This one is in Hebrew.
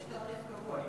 יש תעריף קבוע.